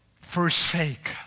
forsake